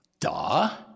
Duh